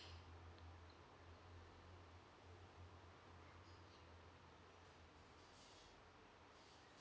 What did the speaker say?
mm